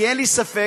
כי אין לי ספק,